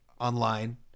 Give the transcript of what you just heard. online